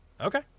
okay